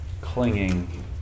clinging